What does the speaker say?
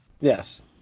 yes